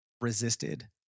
resisted